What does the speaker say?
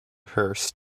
hearst